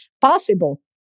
possible